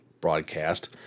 broadcast